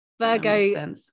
Virgo